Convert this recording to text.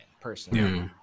personally